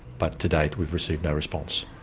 but to date we've received no response.